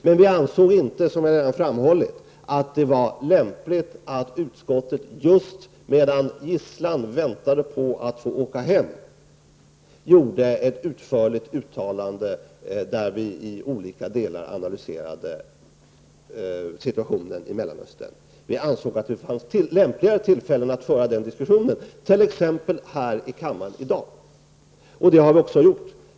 Men i utskottet ansåg vi inte, som jag redan har framhållit, att det var lämpligt att utskottet, samtidigt som gisslan väntade på att få åka hem, gjorde ett utförligt uttalande där vi i olika delar analyserade situationen i Mellanöstern. Vi tyckte att det fanns lämpligare tillfällen att föra den diskussionen, t.ex. här i kammaren i dag. Det har vi också gjort.